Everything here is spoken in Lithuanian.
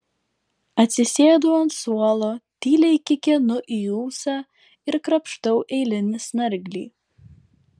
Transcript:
atsisėdu ant suolo tyliai kikenu į ūsą ir krapštau eilinį snarglį